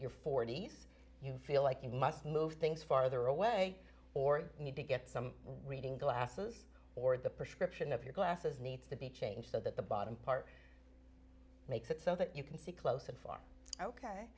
your forty's you feel like you must move things farther away or need to get some reading glasses or the prescription of your glasses needs to be changed so that the bottom part makes it so that you can see close and f